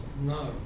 no